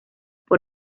por